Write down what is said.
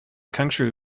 country